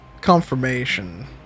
confirmation